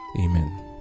amen